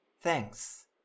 thanks